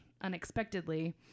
unexpectedly